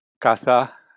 Casa